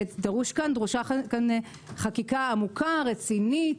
דרושה כאן חקיקה עמוקה, רצינית,